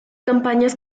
campañas